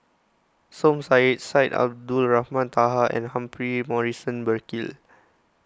Som Said Syed Abdulrahman Taha and Humphrey Morrison Burkill